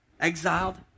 Exiled